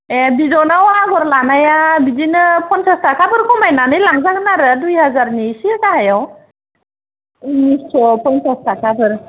ए बिदनाव आगर लानाया बिदिनो पनसास थाखाफोर खमायनानै लांजागोन आरो दुइ हाजारनि एसे गाहायाव उननिस स पनसास थाखाफोर